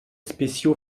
spéciaux